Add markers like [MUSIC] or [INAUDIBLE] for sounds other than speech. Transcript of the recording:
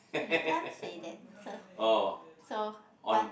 you can't say that [LAUGHS] so why